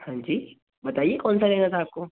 हाँ जी बताइए कौन सा लेना था आपको